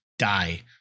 Die